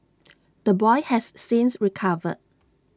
the boy has since recovered